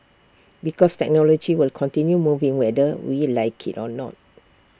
because technology will continue moving whether we like IT or not